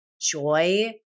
joy